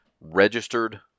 registered